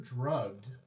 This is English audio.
drugged